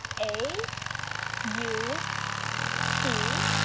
a u t